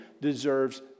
deserves